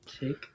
take